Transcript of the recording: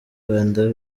rwanda